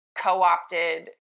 co-opted